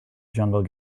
jungle